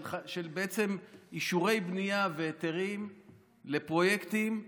בעצם של אישורי בנייה והיתרים לפרויקטים,